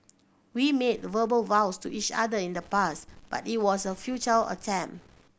we made verbal vows to each other in the past but it was a attempt